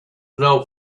know